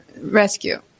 rescue